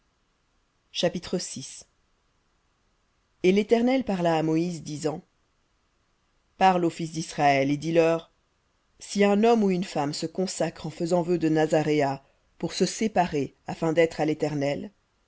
chapitre et l'éternel parla à moïse disant parle aux fils d'israël et dis-leur si un homme ou une femme se consacre en faisant vœu de nazaréat pour se séparer à l'éternel